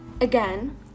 again